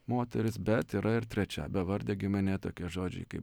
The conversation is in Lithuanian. moteris bet yra ir trečia bevardė giminė tokie žodžiai kaip